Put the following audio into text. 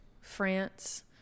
France